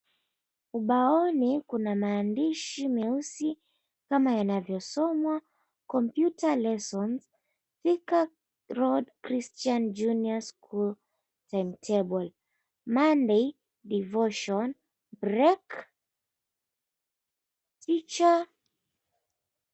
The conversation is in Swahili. Ubaoni kuna maandishi kama yanavyosomwa, Computer Lesson Thika Road Christian Junior School Timetable. Monday, devotion, break, teacher .